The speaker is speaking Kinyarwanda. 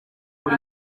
buri